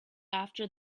after